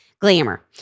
Glamour